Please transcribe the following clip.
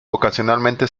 ocasionalmente